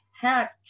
heck